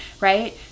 right